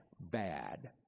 bad